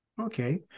Okay